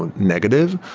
and negative.